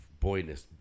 boyness